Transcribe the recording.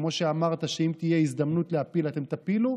שכמו שאמרת, אם תהיה הזדמנות להפיל, אתם תפילו.